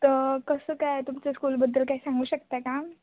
तर कसं काय तुमच्या स्कूलबद्दल काय सांगू शकता का